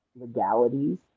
legalities